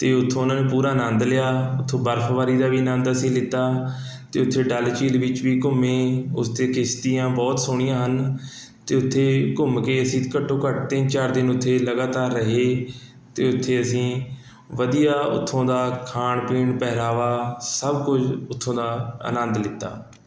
ਅਤੇ ਉੱਥੋਂ ਉਹਨਾਂ ਨੇ ਪੂਰਾ ਆਨੰਦ ਲਿਆ ਉੱਥੋਂ ਬਰਫਬਾਰੀ ਦਾ ਵੀ ਆਨੰਦ ਅਸੀਂ ਲਿੱਤਾ ਅਤੇ ਉੱਥੇ ਡੱਲ ਝੀਲ ਵਿੱਚ ਵੀ ਘੁੰਮੇ ਉਸ 'ਤੇ ਕਿਸ਼ਤੀਆਂ ਬਹੁਤ ਸੋਹਣੀਆਂ ਹਨ ਅਤੇ ਉੱਥੇ ਘੁੰਮ ਕੇ ਅਸੀਂ ਘੱਟੋ ਘੱਟ ਤਿੰਨ ਚਾਰ ਦਿਨ ਉੱਥੇ ਲਗਾਤਾਰ ਰਹੇ ਅਤੇ ਉੱਥੇ ਅਸੀਂ ਵਧੀਆ ਉੱਥੋਂ ਦਾ ਖਾਣ ਪੀਣ ਪਹਿਰਾਵਾ ਸਭ ਕੁਝ ਉੱਥੋਂ ਦਾ ਆਨੰਦ ਲਿੱਤਾ